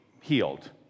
healed